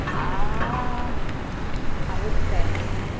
ah i would say